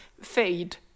Fade